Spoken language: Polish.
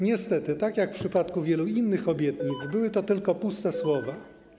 Niestety, tak jak w przypadku wielu innych obietnic były to tylko puste słowa.